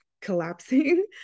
collapsing